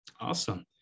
Awesome